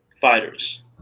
fighters